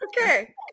Okay